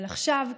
אבל עכשיו,